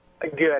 Good